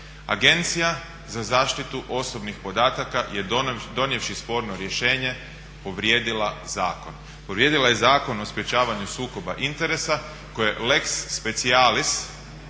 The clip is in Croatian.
Agencija za zaštitu osobnih podataka je donijevši sporno rješenje povrijedila zakon. Povrijedila je Zakon o sprečavanju sukoba interesa koji je lex specialis